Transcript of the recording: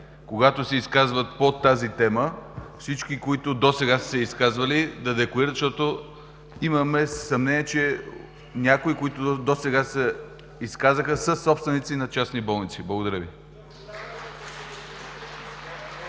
когато се изказват по тази тема. Всички, които са се изказвали досега да декларират, защото имаме съмнение, че някои, които досега се изказаха, са собственици на частни болници. Благодаря Ви.